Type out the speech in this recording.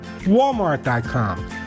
walmart.com